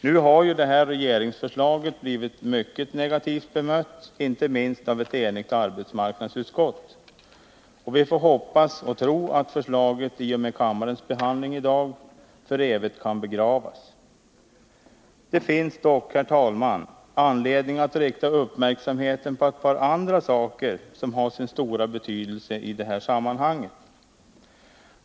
Nu har ju detta regeringsförslag blivit mycket negativt bemött, inte minst av ett enigt arbetsmarknadsutskott. Vi får hoppas och tro att förslaget i och med kammarens behandling i dag för evigt kan begravas. Det finns dock, herr talman, anledning att rikta uppmärksamheten på ett par andra saker, som har sin stora betydelse i detta sammanhang.